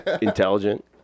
intelligent